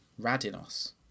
Radinos